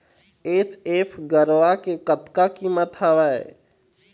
HF गरवा के कतका कीमत हवए?